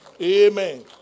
Amen